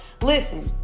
listen